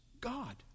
God